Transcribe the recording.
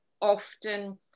often